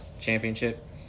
championship